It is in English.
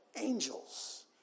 angels